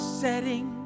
setting